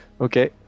Okay